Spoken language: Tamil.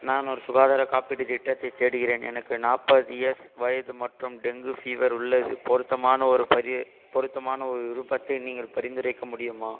நான் ஒரு சுகாதார காப்பீட்டுத் திட்டத்தைத் தேடுகிறேன் எனக்கு நாற்பது எஸ் வயது மற்றும் டெங்கு ஃபீவர் உள்ளது பொருத்தமான ஒரு பரிய பொருத்தமான ஒரு விருப்பத்தை நீங்கள் பரிந்துரைக்க முடியுமா